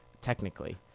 technically